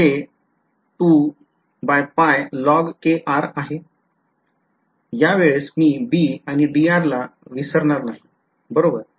तर integral r आणि आहे या वेळेस मी b आणि dr ला विसरणार नाही बरोबर